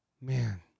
Man